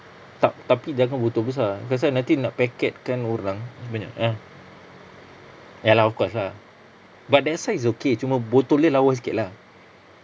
tak tapi jangan botol besar pasal nanti nak paketkan orang nanti banyak ah ya lah of course lah but that size is okay cuma botol dia lawa sikit lah